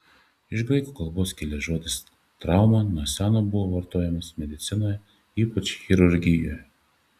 iš graikų kalbos kilęs žodis trauma nuo seno buvo vartojamas medicinoje ypač chirurgijoje